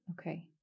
Okay